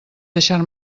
deixar